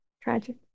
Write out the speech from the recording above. Tragic